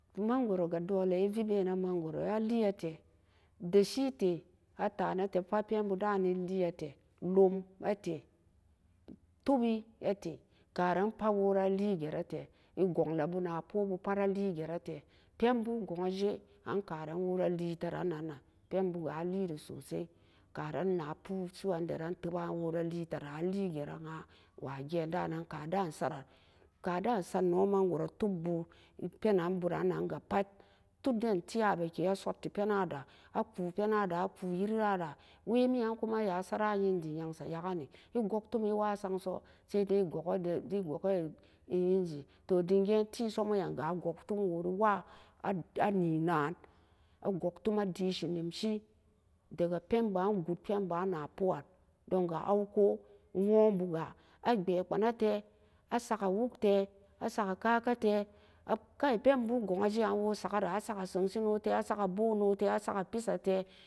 Mangoro ha dole e vee bee nen mangoro e lee a tee desee tee a tanee tee pat pen boo da nee a lee e tee tobee e te. Karan woo pat a lee a jee bee tee tee pen boo gon jee ka woo wa lee nan nan pen boo ga a lee re sosai karan na poo su'u randaran teeba'a a lee jeree an waa gee ka da saran kada'a e sat noo mangoro top boo e penan bu ran nan ga pat tut den tii yabee kee ma a sot ti pena da a ku'u pena da'a a sotti pee na da'a a ku'u yiri yaa da'a. Wee mii'an wee mi'an ma sa ra nee enjeen ya'an see nya'a ka ree e goog tomi wa'a so sai dai e gog kee da enjeen dem ga'an tee so mo'oyam ga a gog been wo ri wa'a ai e nan a goug peen a desi nemsi da ga pen ban goot pen ba'an na poo'an don ga abwa pana tee a saki wuk tee a saki ka'aka tee kai pen boo e gon jee kai an wo sakiran, a saki pesa tee.